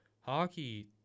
Hockey